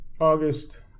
August